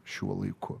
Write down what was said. šiuo laiku